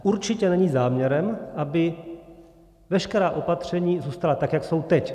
Určitě není záměrem, aby veškerá opatření zůstala tak, jak jsou teď.